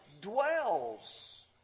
dwells